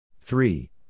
three